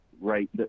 right